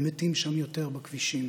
ומתים הם יותר בכבישים.